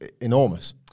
enormous